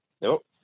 Nope